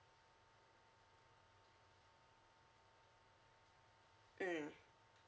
mm